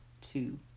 Two